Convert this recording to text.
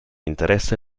interesse